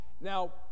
now